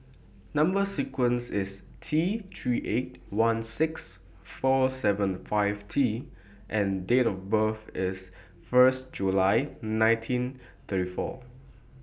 Number sequence IS T three eight one six four seven five T and Date of birth IS First July nineteen thirty four